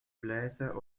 bläser